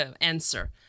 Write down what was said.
answer